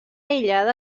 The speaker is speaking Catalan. aïllada